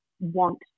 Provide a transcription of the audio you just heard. want